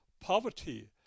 poverty